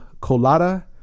Colada